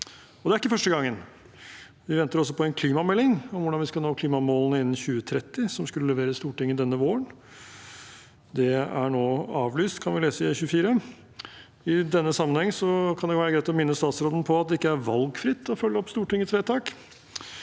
Det er ikke første gang. Vi venter også på en klimamelding om hvordan vi skal nå klimamålene innen 2030, som skulle leveres til Stortinget denne våren. Det er nå avlyst, kan vi lese i E24. I denne sammenheng kan det være greit å minne statsråden på at det ikke er valgfritt å følge opp Stortingets vedtak.